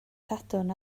sadwrn